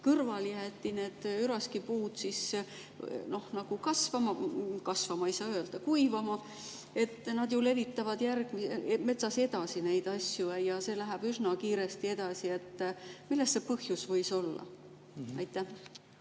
kõrval jäeti need üraskipuud kasvama – kasvama ei saa öelda –, kuivama? Nad ju levitavad metsas edasi neid asju ja see läheb üsna kiiresti edasi. Milles see põhjus võis olla? Jah,